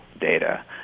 data